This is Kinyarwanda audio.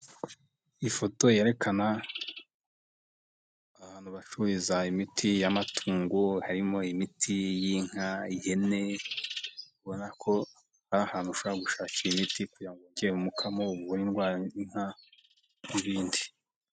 Ifoto yerekana ahantu bacururiza imiti y'amatungo, harimo imiti y'inka ,ihene, ubona ko ari ahantu ushobora gushakira imiti kugira ngo wongere umukamo uvure indwara inka n'ibindi.